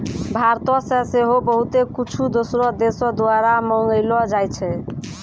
भारतो से सेहो बहुते कुछु दोसरो देशो द्वारा मंगैलो जाय छै